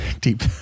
Deep